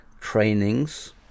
trainings